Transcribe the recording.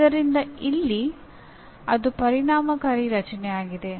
ಆದ್ದರಿಂದ ಇಲ್ಲಿ ಅದು ಪರಿಣಾಮಕಾರಿ ರಚನೆಯಾಗಿದೆ